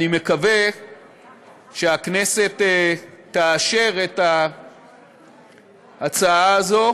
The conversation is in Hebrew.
אני מקווה שהכנסת תאשר את ההצעה הזאת